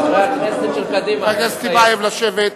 חבר הכנסת טיבייב, לשבת,